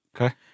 Okay